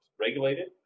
regulated